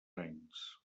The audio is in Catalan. anys